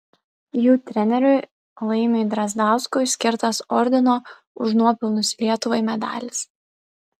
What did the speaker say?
jų treneriui laimiui drazdauskui skirtas ordino už nuopelnus lietuvai medalis